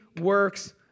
works